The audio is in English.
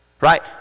right